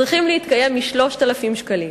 צריכים להתקיים מ-3,000 שקלים.